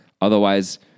Otherwise